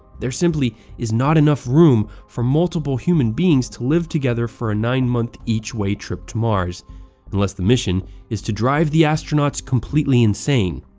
there simply is not enough room for multiple human beings to live together for a nine month each-way trip to mars unless the mission is to drive the astronauts completely insane.